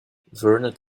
vernet